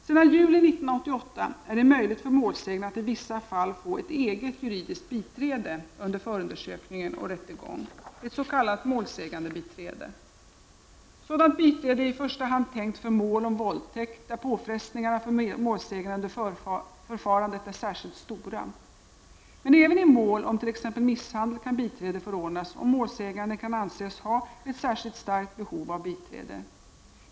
Sedan juli 1988 är det möjligt för målsäganden att i vissa fall få ett eget juridiskt biträde under förundersökningen och rättegång, ett s.k. målsägandebiträde. Sådant biträde är i första hand tänkt för mål om våldtäkt, där påfrestningarna för målsäganden under förfarandet är särskilt stora. Men även i mål om t.ex. misshandel kan biträde förordnas, om målsäganden kan anses ha ett särskilt starkt behov av biträde.